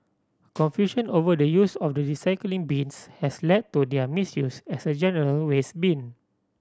confusion over the use of the recycling bins has led to their misuse as a general waste bin